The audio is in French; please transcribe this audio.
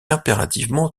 impérativement